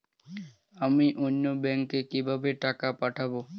আমি অন্য ব্যাংকে কিভাবে টাকা পাঠাব?